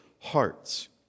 hearts